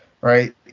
right